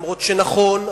אף שנכון,